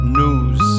news